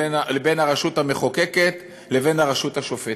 הרשות המחוקקת והרשות השופטת.